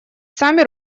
сами